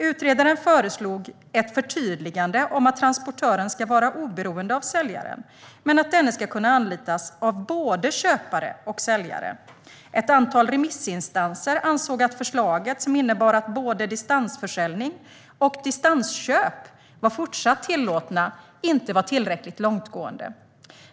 Utredaren föreslog ett förtydligande om att transportören ska vara oberoende av säljaren men att denne ska kunna anlitas av både köpare och säljare. Ett antal remissinstanser ansåg att förslaget, som innebar att både distansförsäljning och distansköp även fortsättningsvis skulle vara tillåtet, inte var tillräckligt långtgående.